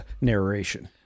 narration